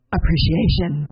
Appreciation